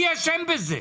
אני אשם בזה.